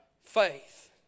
Faith